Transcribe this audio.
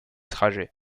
trajet